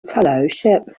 fellowship